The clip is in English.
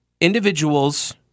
individuals